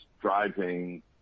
driving